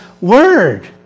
word